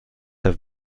have